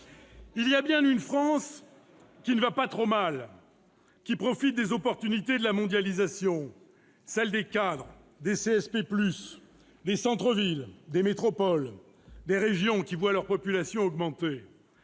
Il y a bien une France qui ne va pas trop mal, qui profite des opportunités de la mondialisation : celle des cadres, des CSP+, des centres-villes, des métropoles, des régions qui voient leur population augmenter.